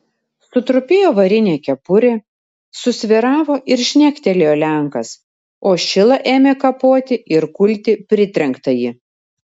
sutrupėjo varinė kepurė susvyravo ir žnektelėjo lenkas o šila ėmė kapoti ir kulti pritrenktąjį